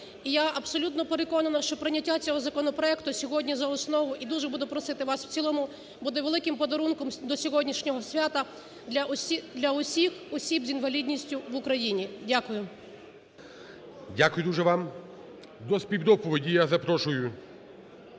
Я абсолютно переконана, що прийняття цього законопроекту сьогодні за основу і, дуже буду просити вас, в цілому буде великим подарунком до сьогоднішнього свята для усіх осіб з інвалідністю в Україні. Дякую. ГОЛОВУЮЧИЙ. Дякую дуже вам. До співдоповіді я запрошую